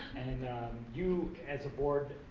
and you, as a board,